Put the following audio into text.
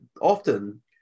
often